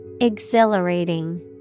Exhilarating